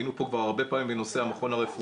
היינו פה כבר הרבה פעמים בנושא המכון הרפואי.